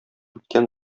үткән